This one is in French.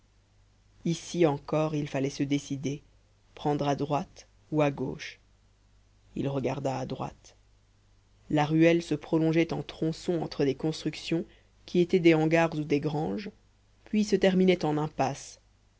ici encore il fallait se décider prendre à droite ou à gauche il regarda à droite la ruelle se prolongeait en tronçon entre des constructions qui étaient des hangars ou des granges puis se terminait en impasse